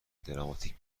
دراماتیک